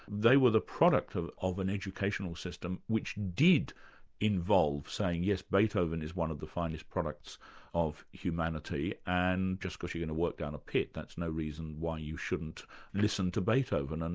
they were the product of of an educational system which did involve saying yes, beethoven is one of the finest products of humanity, and just because you're going to work down a pit, that's no reason why you shouldn't listen to beethoven, and